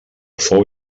fou